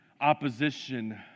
Opposition